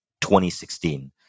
2016